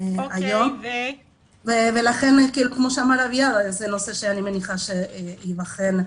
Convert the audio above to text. זה נושא שאני מניחה שייבחן.